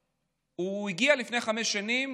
והוא הגיע לפני חמש שנים,